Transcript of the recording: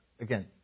Again